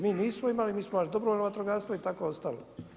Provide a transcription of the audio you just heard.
Mi nismo imali, mi smo imali dobrovoljno vatrogastvo i tako je ostalo.